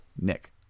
Nick